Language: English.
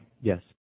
Yes